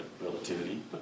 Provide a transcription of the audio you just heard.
relativity